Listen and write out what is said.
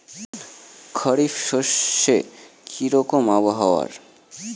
খরিফ শস্যে কি রকম আবহাওয়ার?